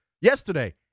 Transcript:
yesterday